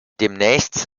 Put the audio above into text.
demnächst